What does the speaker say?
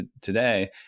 today